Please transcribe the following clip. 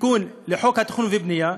תיקון לחוק התכנון והבנייה,